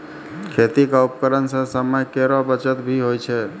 खेती क उपकरण सें समय केरो बचत भी होय छै